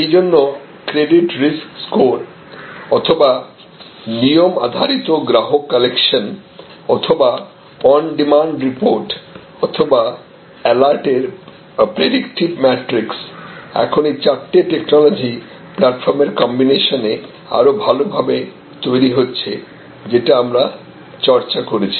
এই জন্য credit risk score অথবা নিয়ম আধারিত গ্রাহক কালেকশন অথবা অনডিমান্ড রিপোর্ট অথবা অ্যালার্ট এর প্রেডিকটিভ ম্যাট্রিক্স এখন এই চারটি টেকনোলজি প্ল্যাটফর্মের কম্বিনেশনে আরো ভালো ভাবে তৈরি হচ্ছে যেটা আমরা চর্চা করেছি